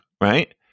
right